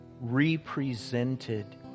represented